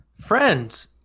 Friends